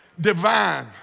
divine